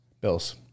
Bills